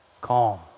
calm